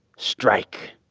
strike.